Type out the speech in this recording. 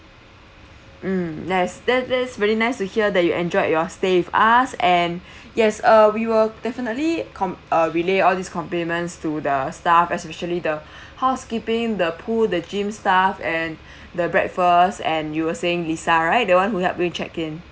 mm that's that that's really nice to hear that you enjoyed your stay with us and yes uh we will definitely com~ uh relay all these compliments to the staff especially the housekeeping the pool the gym staff and the breakfast and you were saying lisa right the one who helped you check in